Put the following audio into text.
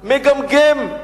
מגמגם.